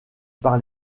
par